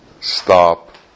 stop